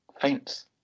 faints